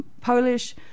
Polish